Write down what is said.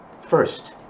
First